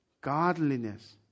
Godliness